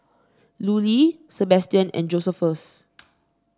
Lulie Sebastian and Josephus